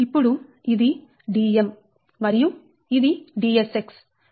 ఇప్పుడు ఇది Dm మరియు ఇది Dsx